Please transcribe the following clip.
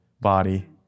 body